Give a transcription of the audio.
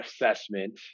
assessment